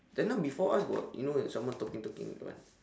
just now before us got you know like someone talking talking that one